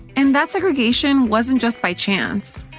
and that segregation wasn't just by chance.